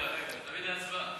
רגע, רגע, תביא את זה להצבעה.